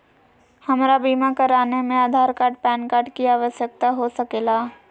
हमरा बीमा कराने में आधार कार्ड पैन कार्ड की आवश्यकता हो सके ला?